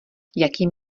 jakým